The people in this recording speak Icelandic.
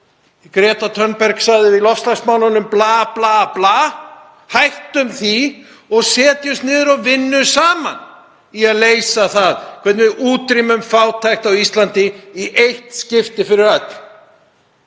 Greta Thunberg sagði í loftslagsmálunum: Bla, bla, bla. Hættum því og setjumst niður og vinnum saman í að leysa það hvernig við útrýmum fátækt á Íslandi í eitt skipti fyrir öll.